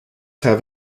have